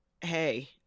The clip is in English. hey